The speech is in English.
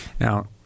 Now